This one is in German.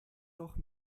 doch